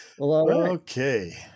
Okay